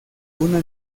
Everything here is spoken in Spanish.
una